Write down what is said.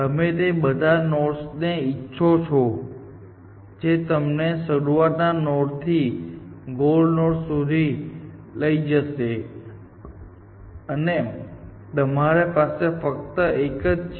તમે તે બધા નોડ્સ ઇચ્છો છો જે તમને શરૂઆતના નોડથી ગોલ નોડ સુધી લઈ જશે અને અમારી પાસે ફક્ત 1 છે